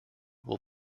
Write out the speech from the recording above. will